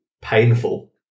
painful